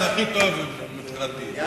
זה הכי טוב, מבחינתי.